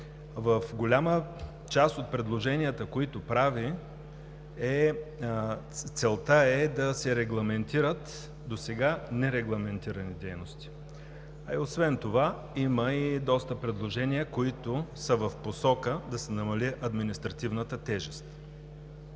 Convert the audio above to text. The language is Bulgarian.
в голяма част от предложенията, които прави, целта е да се регламентират досега нерегламентирани дейности. Освен това има и доста предложения, които са в посока да се намали административната тежест.